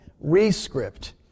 rescript